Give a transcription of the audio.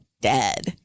dead